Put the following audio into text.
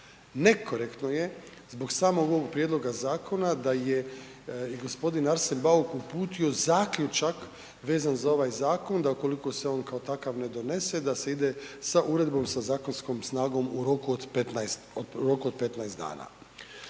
Nekorektno je zbog samog ovog prijedloga zakona da je i g. Arsen Bauk uputio zaključak vezan za ovaj zakon da ukoliko se on kao takav ne donese da se ide sa uredbom, sa zakonskom snagom u roku od 15 dana.